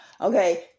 okay